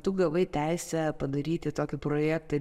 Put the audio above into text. tu gavai teisę padaryti tokį projektą